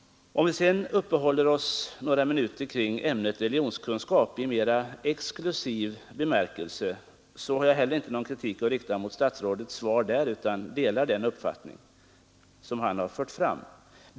Om vi sedan uppehåller oss några minuter kring religionskunskapen i mera exklusiv bemärkelse, så har jag heller ingen kritik att rikta mot statsrådets svar, utan jag delar den uppfattning som han har fört fram.